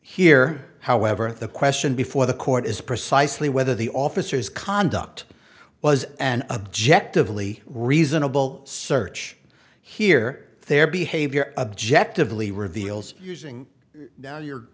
here however the question before the court is precisely whether the officer's conduct was an objective only reasonable search here their behavior objectively reveals using now you're